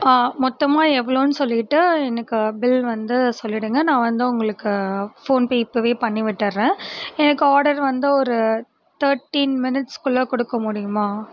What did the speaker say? மொத்தமாக எவ்வளோன்னு சொல்லிட்டு எனக்கு பில் வந்து சொல்லிடுங்கள் நான் வந்து உங்களுக்கு ஃபோன்பே இப்பவே பண்ணிவிட்டுர்றேன் எனக்கு ஆர்டர் வந்து ஒரு தேர்ட்டீன் மினிட்ஸ்குள்ள கொடுக்க முடியுமா